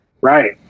Right